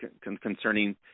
concerning